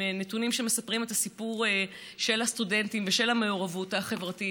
עם נתונים שמספרים את הסיפור של הסטודנטים ושל המעורבות החברתית,